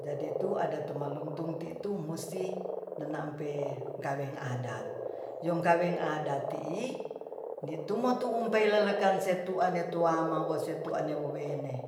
Jadi tu adat tumaluntung titu musti nanaampe kaweng adat yong kaweng adat tii nitumo tuumpey lelekan setuan tuama wesetuan wewene